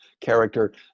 character